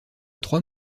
trois